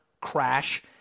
crash